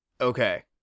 Okay